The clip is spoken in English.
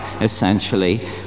essentially